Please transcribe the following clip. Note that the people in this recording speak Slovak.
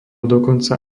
dokonca